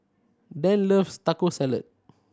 Dane loves Taco Salad